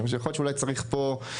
יכול להיות שאולי צריך פה,